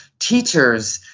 teachers.